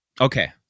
Okay